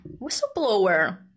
whistleblower